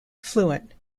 fluent